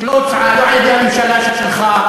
לא הוצעה לא על-ידי הממשלה שלך,